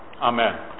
Amen